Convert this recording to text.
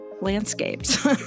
landscapes